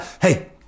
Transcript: Hey